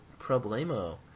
problemo